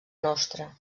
nostra